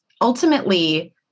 ultimately